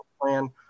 plan